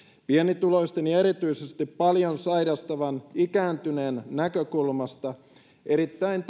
pienituloisten ja erityisesti paljon sairastavien ikääntyneiden näkökulmasta erittäin